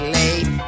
late